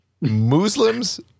Muslims